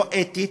לא אתית,